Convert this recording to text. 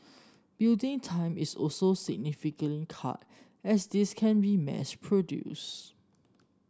building time is also significantly cut as these can be mass produced